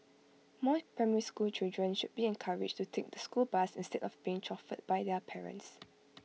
more primary school children should be encouraged to take the school bus instead of being chauffeured by their parents